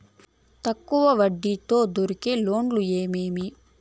తక్కువ వడ్డీ తో దొరికే లోన్లు ఏమేమీ?